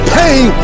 pain